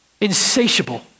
insatiable